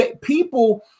People